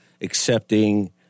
accepting